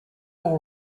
all